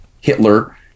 Hitler